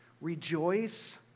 Rejoice